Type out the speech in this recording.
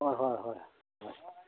অঁ হয় হয় হয়